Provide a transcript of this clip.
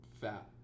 Fat